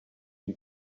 you